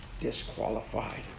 disqualified